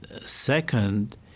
Second